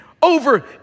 over